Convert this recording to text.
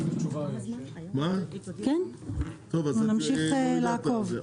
אנחנו נמשיך לעקוב.